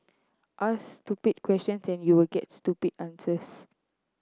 ask stupid questions and you will get stupid answers